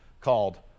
called